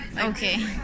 Okay